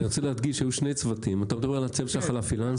אני רוצה להדגיש שהיו שני צוותים - אתה מדבר על הצוות של הכלה פיננסית,